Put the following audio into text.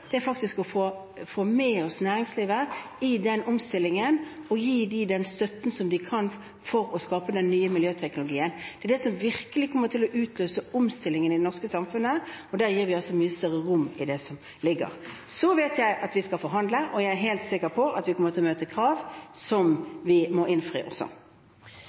faktisk å få med oss næringslivet i den omstillingen og gi dem den støtten vi kan gi, for å skape den nye miljøteknologien. Det er det som virkelig kommer til å utløse omstillingen i det norske samfunnet, og der gir vi altså mye større rom i det som foreligger. Jeg vet at vi skal forhandle, og jeg er helt sikker på at vi også kommer til å møte krav som vi må innfri.